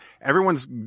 everyone's